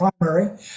primary